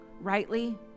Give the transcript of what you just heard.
rightly